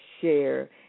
share